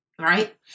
right